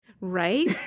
Right